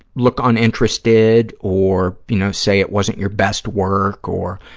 look uninterested or, you know, say it wasn't your best work, or,